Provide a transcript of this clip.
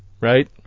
right